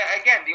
again